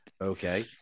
Okay